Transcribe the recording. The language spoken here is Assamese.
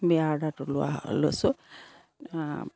বেয়া অৰ্ডাৰটো লোৱা লৈছোঁ